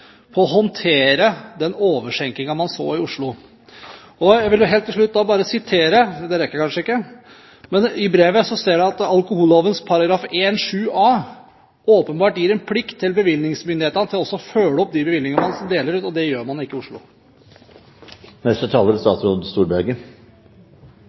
på å håndtere den overskjenkingen man så i Oslo. Helt til slutt vil jeg bare sitere – det rekker jeg kanskje ikke. Men av brevet ser man at alkoholloven § 1-7a åpenbart gir en plikt for bevillingsmyndighetene til å følge opp de bevillingene man deler ut, og det gjør man ikke i Oslo. Aller først: Når det gjelder spørsmålet om Molund-brygga i Tromsø, er